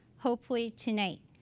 hopefully, tonight.